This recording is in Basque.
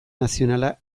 nazionala